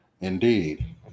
Indeed